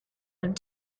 and